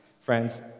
Friends